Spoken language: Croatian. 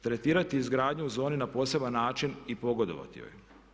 Tretirati izgradnju zoni na poseban način i pogodovati joj.